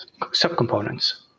subcomponents